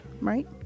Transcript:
right